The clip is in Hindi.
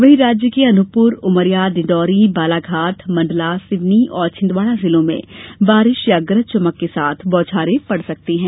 वहीं राज्य के अनूपपूर उमरिया डिंडौरी बालाघाट मंडला सिवनी और छिंदवाड़ा जिलों में बारिश या गरज चमक के साथ बौछारें पड़ सकती है